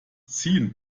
ziehen